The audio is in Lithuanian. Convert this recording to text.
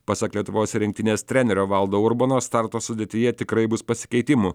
pasak lietuvos rinktinės trenerio valdo urbono starto sudėtyje tikrai bus pasikeitimų